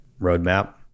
roadmap